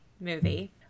movie